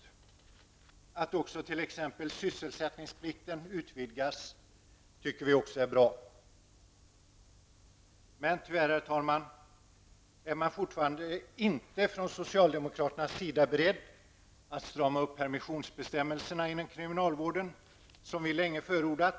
Vi tycker också att det är bra att t.ex. sysselsättningsplikten utvidgas. Men tyvärr är man från socialdemokraternas sida fortfarande inte beredd att strama permissionsbestämmelserna inom kriminalvården, som vi länge förordat.